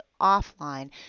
offline